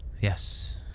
Yes